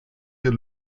dir